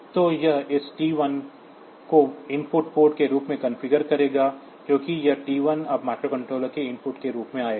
तो यह इस T 1 को इनपुट पोर्ट के रूप में कॉन्फ़िगर करेगा क्योंकि यह T 1 अब माइक्रोकंट्रोलर के इनपुट के रूप में आएगा